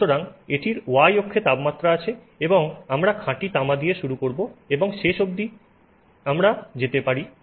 সুতরাং এটির y অক্ষে তাপমাত্রা আছে এবং আমরা খাঁটি তামা দিয়ে শুরু করব এবং আমরা শেষ অব্দি যেতে পারি